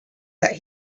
that